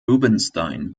rubinstein